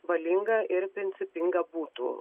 valinga ir principinga būtų